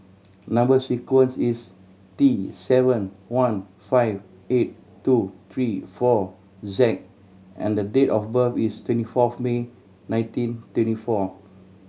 number sequence is T seven one five eight two three four Z and date of birth is twenty fourth May nineteen twenty four